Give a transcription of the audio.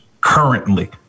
currently